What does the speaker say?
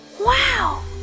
Wow